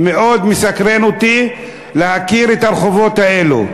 מאוד מסקרן אותי להכיר את הרחובות האלה.